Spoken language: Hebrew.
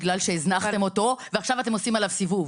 בגלל שהזנחתם אותו ועכשיו אתם עושים עליו סיבוב.